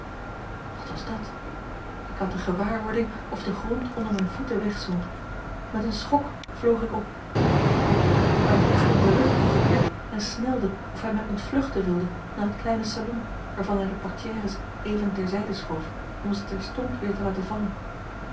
wat was dàt ik had de gewaarwording of de grond onder mijne voeten wegzonk met een schok vloog ik op eckbert had mij plotseling den rug toegekeerd en snelde of hij mij ontvluchten wilde naar het kleine salon waarvan hij de portières even ter zijde schoof om ze terstond weer te laten vallen